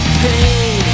Hey